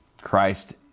Christ